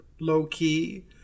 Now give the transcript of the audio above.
low-key